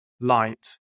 light